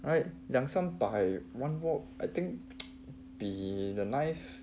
alright 两三百 one wok I think 比 the knife